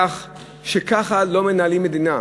מזה שככה לא מנהלים מדינה,